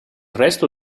resto